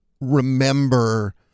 remember